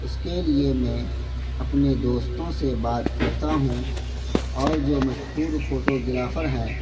اس کے لیے میں اپنے دوستوں سے بات کرتا ہوں اور جو مشہور فوٹوگرافر ہیں